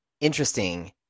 interesting